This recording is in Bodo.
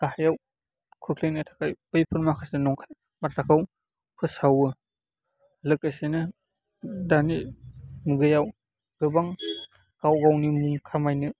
गाहायाव खोख्लैनो थाखाय बैफोर माखासे नंखाय बाथ्राखौ फोसावो लोगोसेनो दानि मुगायाव गोबां गाव गावनि मुं खामायनो